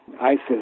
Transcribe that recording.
ISIS